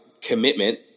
commitment